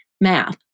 math